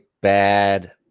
bad